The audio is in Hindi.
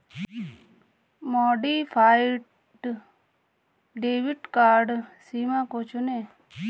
मॉडिफाइड डेबिट कार्ड सीमा को चुनें